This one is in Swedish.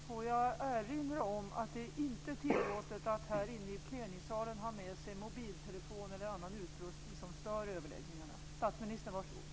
Får jag erinra om att det inte är tillåtet att här inne i plenisalen ha med sig mobiltelefoner eller annan utrustning som stör överläggningarna.